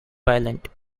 violent